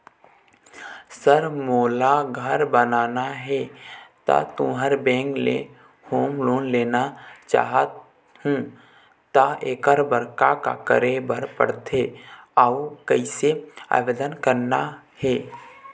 Sir मोला घर बनाना हे ता तुंहर बैंक ले होम लोन लेना चाहूँ ता एकर बर का का करे बर पड़थे अउ कइसे आवेदन करना हे?